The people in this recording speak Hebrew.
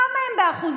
כמה הם באחוזים?